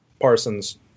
Parsons